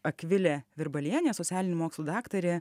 akvilė virbalienė socialinių mokslų daktarė